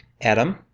Adam